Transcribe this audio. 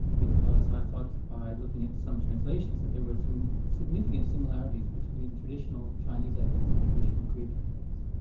because i thought by looking at some translations that there were some significant similarities between traditional chinese ethics and traditional greek ethics.